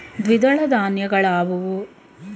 ದ್ವಿದಳ ಧಾನ್ಯಗಳಾವುವು?